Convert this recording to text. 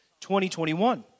2021